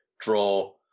draw